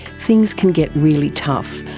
things can get really tough,